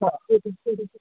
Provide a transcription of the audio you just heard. ହଁ ଅଛି ଟିକେ ଟିକେ